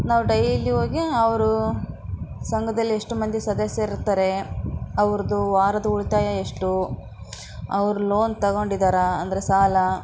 ನಾವು ಡೈಲಿ ಹೋಗಿ ಅವರು ಸಂಘದಲ್ಲಿ ಎಷ್ಟು ಮಂದಿ ಸದಸ್ಯರಿರ್ತಾರೆ ಅವ್ರದ್ದು ವಾರದ್ದು ಉಳಿತಾಯ ಎಷ್ಟು ಅವ್ರು ಲೋನ್ ತಗೊಂಡಿದ್ದಾರಾ ಅಂದರೆ ಸಾಲ